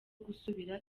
gusubira